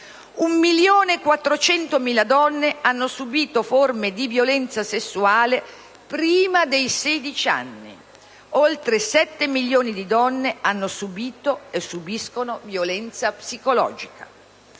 e 400.000 donne hanno subìto forme di violenza sessuale prima dei 16 anni; oltre 7 milioni di donne hanno subìto o subiscono violenza psicologica;